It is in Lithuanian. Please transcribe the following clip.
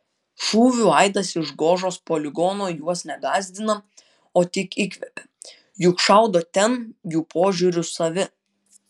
šūvių aidas iš gožos poligono juos ne gąsdina o tik įkvepia juk šaudo ten jų požiūriu savi